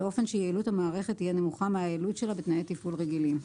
באופן שיעילות המערכת תהיה נמוכה מהיעילות שלה בתנאי תפעול רגילים.